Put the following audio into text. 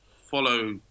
follow